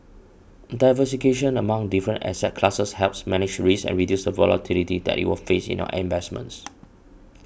diverse cation among different asset classes helps manage risk and reduce the volatility that you will face in your investments